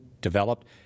developed